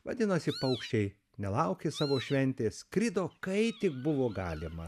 vadinasi paukščiai nelaukia savo šventės skrido kai tik buvo galima